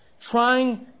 trying